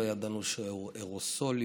לא ידענו שהוא אירוסולי,